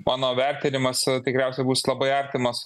mano vertinimas tikriausia bus labai artimas